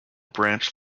branch